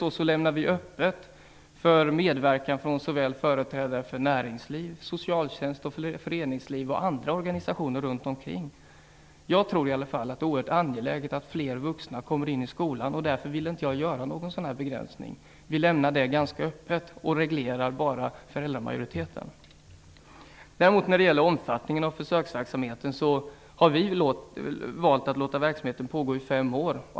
Likaså lämnar vi öppet för medverkan av företrädare från såväl näringsliv som socialtjänst och föreningsliv samt andra organisationer runt omkring skolan. Jag tror att det är oerhört angeläget att fler vuxna kommer in i skolan, och därför vill jag inte göra någon sådan här begränsning. Vi lämnar detta ganska öppet, och reglerar bara föräldramajoriteten. När det gäller omfattningen av försöksverksamheten har vi däremot valt att låta verksamheten pågå i fem år.